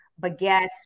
baguettes